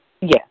Yes